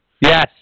Yes